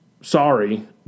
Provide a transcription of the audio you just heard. Sorry